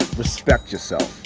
respect yourself